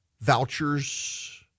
Vouchers